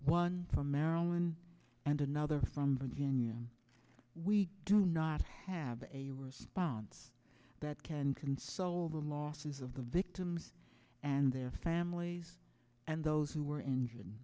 one from maryland and another from virginia we do not have a response that can console the losses of the victims and their families and those who were injured